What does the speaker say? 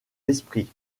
esprit